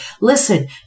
Listen